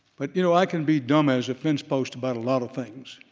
but you know i can be dumb as a fence post about a lot of things.